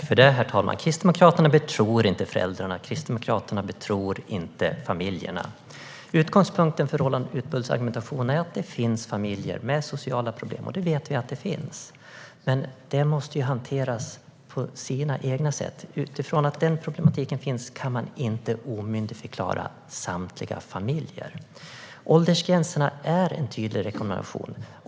Herr talman! Kristdemokraterna betror inte föräldrarna. Kristdemokraterna betror inte familjerna. Utgångspunkten för Roland Utbults argumentation är att det finns familjer med sociala problem. Det vet vi att det finns, men detta måste hanteras för sig. Man kan inte omyndigförklara samtliga familjer utifrån att denna problematik finns. Åldersgränserna är en tydlig rekommendation.